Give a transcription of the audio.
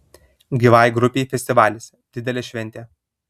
gyvai grupei festivalis didelė šventė